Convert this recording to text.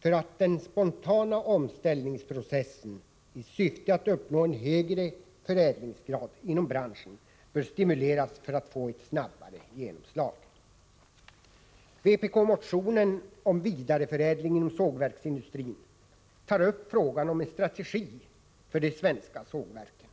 för att den spontana omställningsprocessen i syfte att uppnå en högre förädlingsgrad inom branschen bör stimuleras för att få ett snabbare genomslag. I vpk-motionen om vidareförädling inom sågverksindustrin tas upp frågan om en strategi för de svenska sågverken.